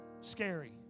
scary